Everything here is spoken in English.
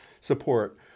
support